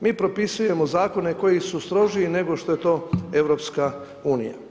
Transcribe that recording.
Mi propisujemo zakone koji su strožiji nego što je to EU.